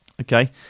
Okay